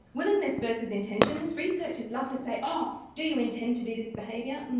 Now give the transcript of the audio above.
willingness versus intentions. researchers love to say, um do you intend to do this behaviour?